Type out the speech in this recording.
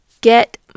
get